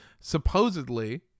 supposedly